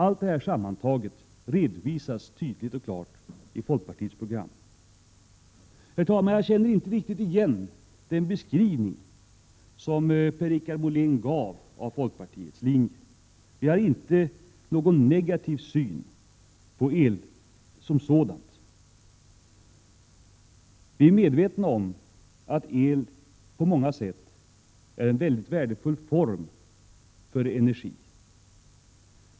Allt detta utvecklas och redovisas tydligt och klart i folkpartiets program. Herr talman! Jag känner inte riktigt igen den beskrivning som Per-Richard Molén gav av folkpartiets linje. Vi har inte någon negativ syn på el som sådant. Vi är medvetna om att el på många sätt är en mycket värdefull form av energi.